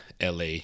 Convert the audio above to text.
LA